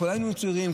כולנו היינו צעירים,